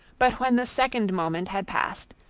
but when the second moment had passed,